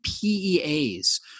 PEAs